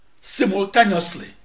simultaneously